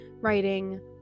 writing